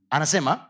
Anasema